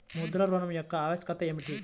ముద్ర ఋణం యొక్క ఆవశ్యకత ఏమిటీ?